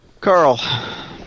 Carl